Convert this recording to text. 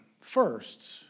first